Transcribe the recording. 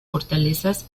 fortalezas